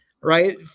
right